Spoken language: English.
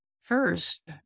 first